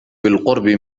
بالقرب